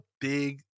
big